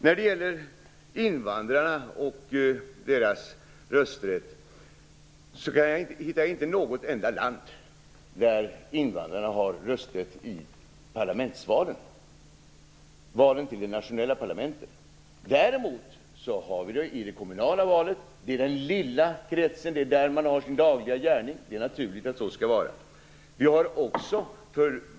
När det gäller invandrarna och deras rösträtt hittar jag inte något enda land där invandrarna har rösträtt i parlamentsvalen - valen till det nationella parlamentet. Däremot har de det i det kommunala valet - i den lilla kretsen. Det är där de har sin dagliga gärning, och det är naturligt att det skall vara så.